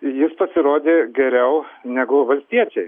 jis pasirodė geriau negu valstiečiai